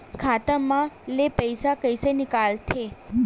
खाता मा ले पईसा कइसे निकल थे?